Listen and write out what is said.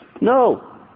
No